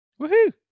Woohoo